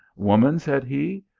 woman, said he,